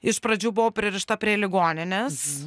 iš pradžių buvau pririšta prie ligoninės